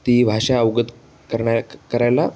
ती भाषा अवगत करण्या करायला